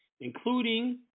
including